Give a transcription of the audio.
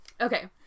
Okay